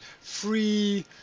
free